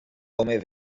home